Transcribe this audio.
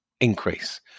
increase